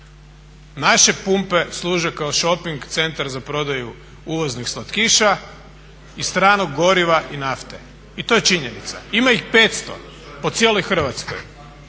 Naše pumpe služe ka shoping centra za prodaju uvoznih slatkiša i stranog goriva i nafte i to je činjenica. Ima ih 500 po cijeloj Hrvatskoj,